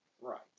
Right